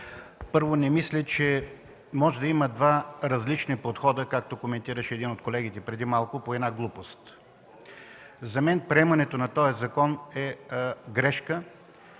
Първо, не мисля, че може да има два различни подхода, както коментираше един от колегите преди малко, по една глупост. За мен, приемането на този закон е грешка.